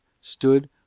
stood